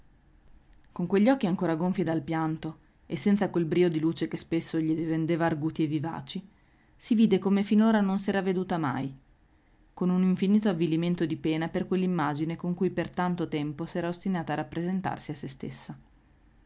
con quegli occhi ancora gonfi dal pianto e senza quel brio di luce che spesso glieli rendeva arguti e vivaci si vide come finora non s'era veduta mai con un infinito avvilimento di pena per quell'immagine con cui per tanto tempo s'era ostinata a rappresentarsi a se stessa